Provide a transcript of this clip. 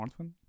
smartphone